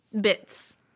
Bits